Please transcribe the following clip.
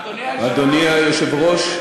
אדוני היושב-ראש,